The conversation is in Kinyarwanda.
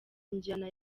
njyana